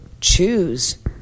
choose